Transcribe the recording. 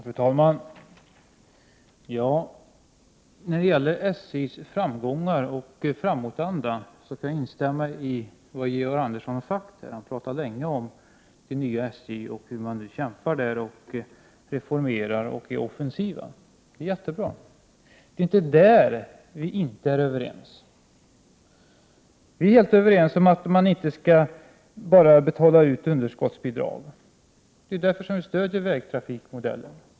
Fru talman! När det gäller SJ:s framgångar och framåtanda får jag instämma i det som Georg Andersson har sagt. Han talade länge om det nya SJ och om hur man där kämpar, reformerar och är offensiv. Det är mycket bra. Det är inte i den frågan som vi inte är överens. Vi är helt överens om att man inte bara skall betala ut underskottsbidrag. Det är därför som miljöpartiet stödjer vägtrafikmodellen.